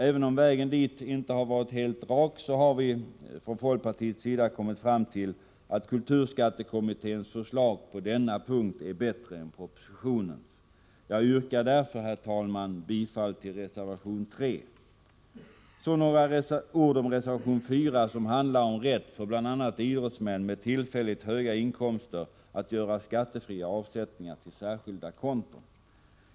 Även om vägen dit inte varit helt rak har vi från folkpartiet kommit fram till att kulturskattekommitténs förslag på denna punkt är bättre än propositionens. Jag yrkar därför, herr talman, bifall till reservation 3. Så några ord om reservation 4 som handlar om rätt för bl.a. idrottsmän med tillfälligt höga inkomster att göra skattefria avsättningar till särskilda konton.